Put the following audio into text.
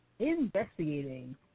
Investigating